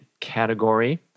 category